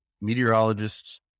meteorologists